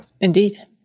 indeed